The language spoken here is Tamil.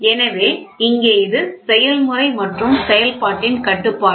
எனவே இங்கே இது செயல்முறை மற்றும் செயல்பாட்டின் கட்டுப்பாடு